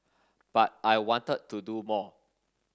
but I wanted to do more